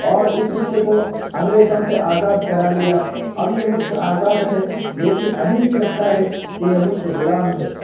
اور اس ملک کو انگریزوں سے آزاد کرا لیا اب یہ ملک آزاد ہے لیکن ابھی بھی لگتا ہے کہ یہ ملک غلام ہے